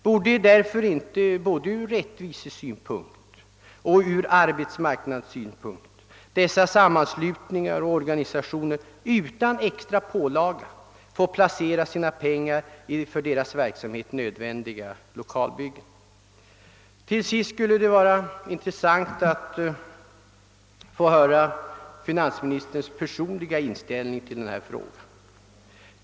Borde därför inte både ur rättvisesynpunkt och ur arbets marknadssynpunkt dessa sammanslutningar och organisationer utan extra pålaga få placera sina pengar i för deras verksamhet nödvändiga lokalbyggen? Till sist skulle det vara intressant att få höra finansministerns personliga inställning i denna fråga.